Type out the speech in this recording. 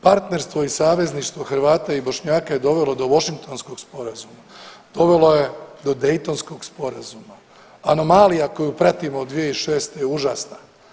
Partnerstvo i savezništvo Hrvata i Bošnjaka je dovelo do Washingtonskog sporazuma, dovelo je do Daytonskog sporazuma, anomalija koju pratimo od 2006. je užasna.